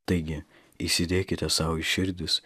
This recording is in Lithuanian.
taigi įsidėkite sau į širdis